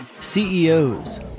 CEOs